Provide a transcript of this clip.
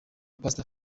pastor